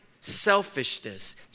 selfishness